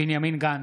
בנימין גנץ,